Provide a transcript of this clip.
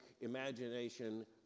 imagination